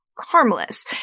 Harmless